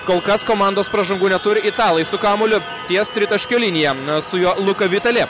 kol kas komandos pražangų neturi italai su kamuoliu ties tritaškio linija su jo luka vitali